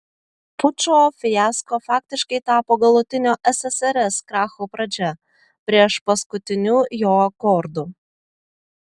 pučo fiasko faktiškai tapo galutinio ssrs kracho pradžia priešpaskutiniu jo akordu